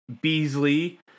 Beasley